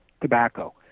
tobacco